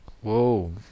Whoa